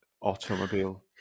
automobile